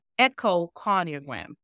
echocardiogram